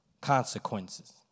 consequences